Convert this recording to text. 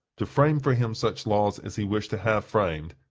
to frame for him such laws as he wished to have framed,